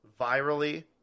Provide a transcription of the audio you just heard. virally